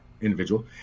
individual